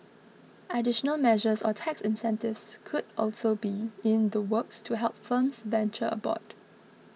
additional measures or tax incentives could also be in the works to help firms venture aboard